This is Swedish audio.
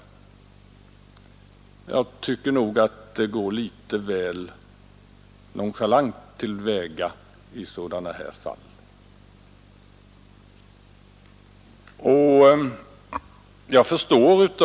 Jag anser att man går alltför nonchalant till väga i sådana här fall.